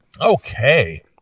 Okay